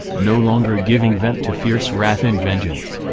no longer giving vent to fierce wrath and vengeance,